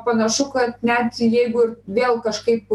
panašu kad net jeigu vėl kažkaip